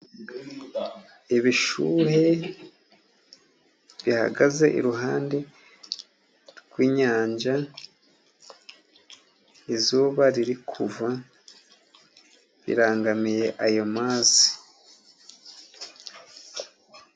Ibishuhe bihagaze iruhande rw'inyanja izuba riri kuva birangamiye ayo mazi.